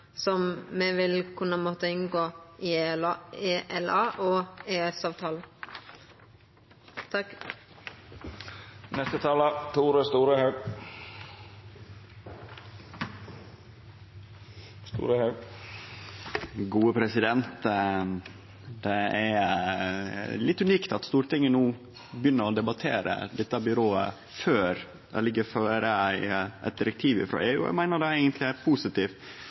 som Noreg vil kunne måtta inngå i ELA og i samband med EØS-avtalen. Det er litt unikt at Stortinget no begynner å debattere dette byrået før det ligg føre eit direktiv frå EU, og eg meiner det eigentleg er ei positiv